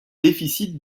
déficits